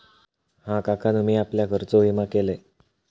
हा, काकानु मी आपल्या घराचो विमा केलंय